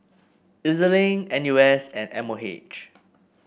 E Z Link N U S and M O H